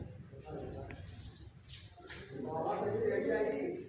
fund transfer एक दूसरे के पइसा ट्रांसफर करे क प्रक्रिया हौ